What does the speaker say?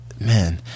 Man